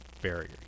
barrier